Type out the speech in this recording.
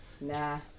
Nah